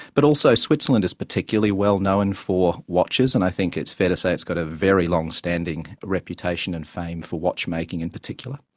but also switzerland is particularly well-known for watches, and i think it's fair to say it's got a very long-standing reputation and fame for watchmaking in particular.